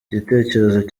gitekerezo